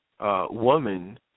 woman